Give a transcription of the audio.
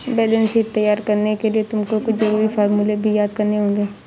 balance sheet तैयार करने के लिए तुमको कुछ जरूरी फॉर्मूले भी याद करने होंगे